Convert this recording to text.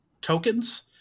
tokens